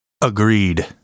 Agreed